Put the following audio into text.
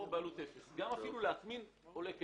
אפילו להטמין עולה כסף.